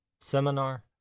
Seminar